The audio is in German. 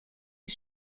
die